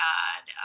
God